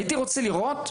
הייתי רוצה לראות שבצרפת,